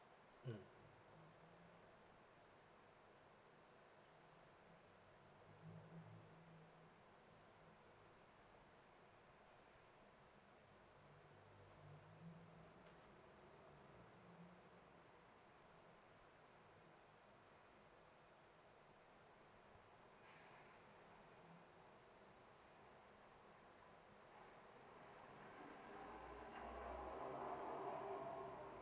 mm